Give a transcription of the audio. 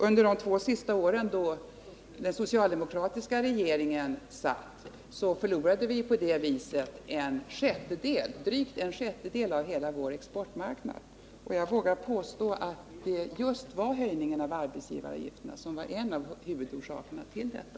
Under den socialdemokratiska regeringens två senaste år förlorade vi på det viset drygt en sjättedel av hela vår exportmarknad. Jag vågar påstå att det var just höjningen av arbetsgivaravgifterna som var en av huvudorsakerna till detta.